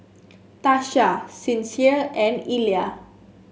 Tasha Sincere and Illa